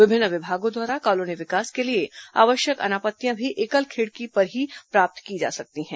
विभिन्न विभागों द्वारा कॉलोनी विकास के लिए आवश्यक अनापत्तियां भी एकल खिड़की पर प्राप्त की जा सकती है